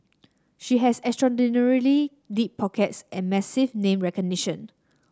she has extraordinarily deep pockets and massive name recognition